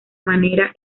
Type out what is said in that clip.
manera